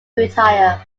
retire